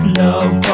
love